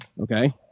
Okay